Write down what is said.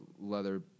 leather